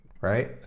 right